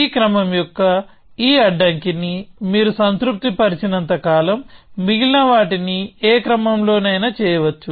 ఈ క్రమం యొక్క ఈ అడ్డంకిని మీరు సంతృప్తి పరిచినంత కాలం మిగిలినవాటిని ఏ క్రమంలోనైనా చేయవచ్చు